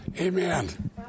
Amen